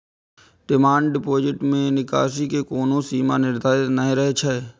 demand deposit मे निकासी के कोनो सीमा निर्धारित नै रहै छै